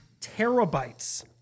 terabytes